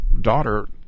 daughter